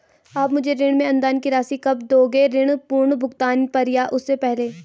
आप मुझे ऋण में अनुदान की राशि कब दोगे ऋण पूर्ण भुगतान पर या उससे पहले?